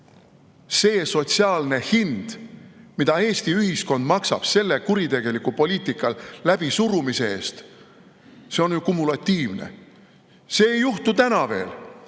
See sotsiaalne hind, mida Eesti ühiskond maksab selle kuritegeliku poliitika läbisurumise eest, on ju kumulatiivne. See ei juhtu veel